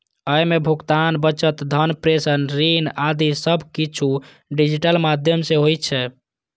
अय मे भुगतान, बचत, धन प्रेषण, ऋण आदि सब किछु डिजिटल माध्यम सं होइ छै